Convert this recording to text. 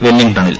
വെല്ലിംഗ്ടണിൽ